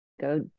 Go